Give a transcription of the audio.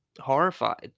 horrified